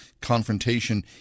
confrontation